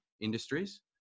industries